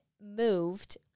moved